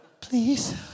Please